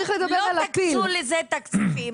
לא תקצו לזה תקציבים,